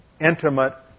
intimate